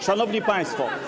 Szanowni Państwo!